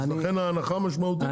אז לכם ההנחה משמעותית פה.